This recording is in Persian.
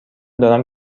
دارم